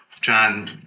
John